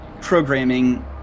programming